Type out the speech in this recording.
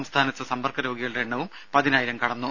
സംസ്ഥാനത്ത് സമ്പർക്ക രോഗികളുടെ എണ്ണവും പതിനായിരം കടന്നു